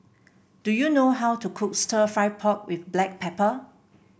do you know how to cook stir fry pork with Black Pepper